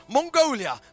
Mongolia